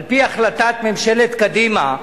על-פי החלטת ממשלת קדימה,